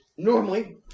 Normally